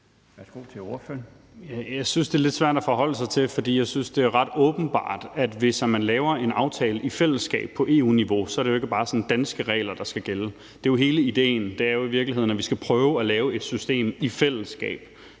Jeg synes, det er lidt svært at forholde sig til, for jeg synes, det er ret åbenbart, at hvis man laver en aftale i fællesskab på EU-niveau, er det jo ikke bare danske regler, der skal gælde. Hele idéen er jo i virkeligheden, at vi skal prøve at lave et system for